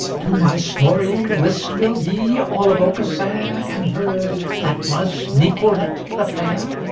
to my story list will ye all of aucassin and her that was nicolete the fair?